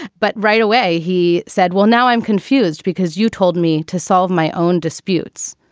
but right away, he said, well, now i'm confused because you told me to solve my own disputes.